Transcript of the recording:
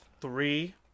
three